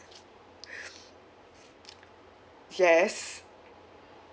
yes